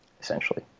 essentially